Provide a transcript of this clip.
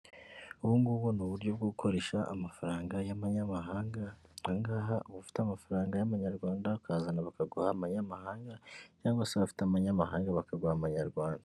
Ubu ngubu ni uburyo bwo gukoresha amafaranga y'abanyamahanga. Aha ngaha uba amafaranga y'amanyarwanda ukazana bakaguha abanyamahanga cyangwa se abafite amanyamahanga bakaguha abanyarwanda.